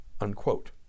Unquote